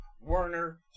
Werner